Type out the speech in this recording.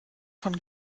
von